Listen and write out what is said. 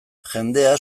jendea